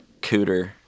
Cooter